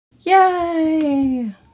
Yay